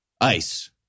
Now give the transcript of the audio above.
ice